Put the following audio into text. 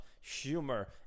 humor